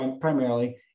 primarily